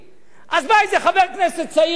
אז בא איזה חבר כנסת צעיר בקדימה,